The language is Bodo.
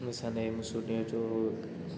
मोसानाय मुसुरनायाथ'